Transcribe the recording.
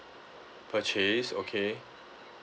purchase okay